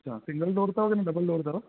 अच्छा single door अथव के न डबल डोर अथव